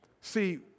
See